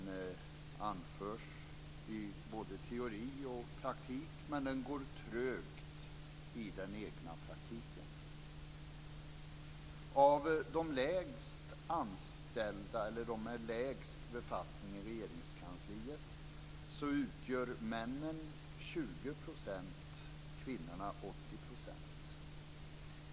Den anförs i både teori och praktik, men den går trögt i den egna praktiken. Av dem med lägst befattning i Regeringskansliet utgör männen 20 % och kvinnorna 80 %.